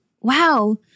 wow